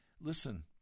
Listen